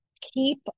Keep